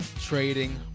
Trading